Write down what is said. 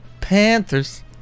Panthers